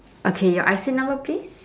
okay your I_C number please